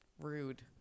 Rude